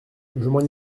m’en